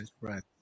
Right